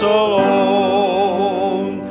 alone